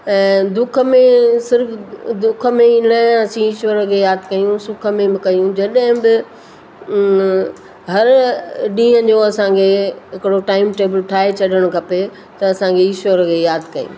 ऐं दुख में सिर्फ़ दुख में ई न असी ईश्वर खे यादि कयूं सुख में बि कयूं जॾहिं बि हर ॾींहं जो असांखे हिकिड़ो टाइम टेबल ठाहे छॾणु खपे त असांखे ईश्वर खे यादि कयूं